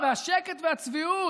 השקט והצביעות,